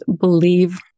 believe